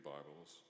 Bibles